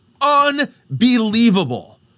unbelievable